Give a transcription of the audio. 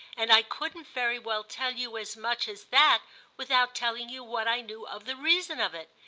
and i couldn't very well tell you as much as that without telling you what i knew of the reason of it.